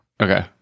Okay